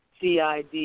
CID